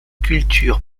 cultures